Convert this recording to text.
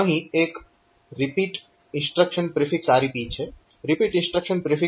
અહીં એક REP instruction prefix છે રિપીટ ઇન્સ્ટ્રક્શન પ્રિફિક્સ